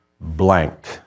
blank